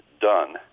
done